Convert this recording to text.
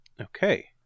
Okay